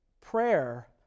Prayer